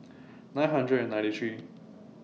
nine hundred and ninety three